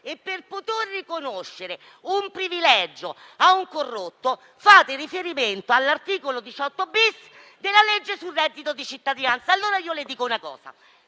e, per poter riconoscere un privilegio a un corrotto, fate riferimento all'articolo 18-*bis* della legge sul reddito di cittadinanza. Le dico una cosa.